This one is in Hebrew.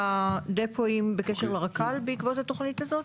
הדפואים בקשר לרק"ל בעקבות התוכנית הזאת?